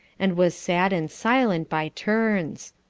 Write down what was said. and was sad and silent by turns.